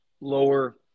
lower